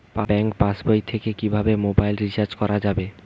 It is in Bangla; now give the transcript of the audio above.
ব্যাঙ্ক পাশবই থেকে কিভাবে মোবাইল রিচার্জ করা যাবে?